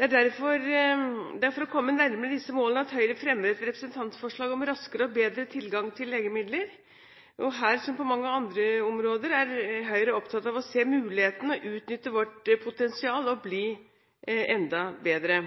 Det er for å komme nærmere disse målene at Høyre fremmer et representantforslag om raskere og bedre tilgang til legemidler. Her, som på mange andre områder, er Høyre opptatt av å se mulighetene, utnytte vårt potensial og bli enda bedre.